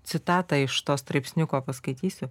citatą iš to straipsniuko paskaitysiu